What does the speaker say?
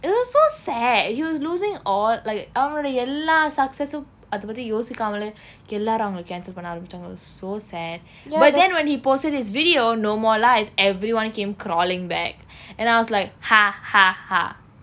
it was so sad he was losing all like அவனோட எல்லா:avanoda ella success யும் அதை பற்றி யோசிக்காமலே எல்லாரும் அவனை:yum athai patri yosikaamalae ellarum avanai cancel பண்ண ஆரம்பிச்சாங்க:panna aarambichaanga it was so sad but then when he posted his video no more lies everyone came crawling back and I was like ha ha ha